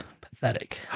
pathetic